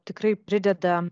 tikrai prideda